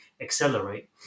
accelerate